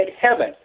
heaven